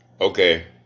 okay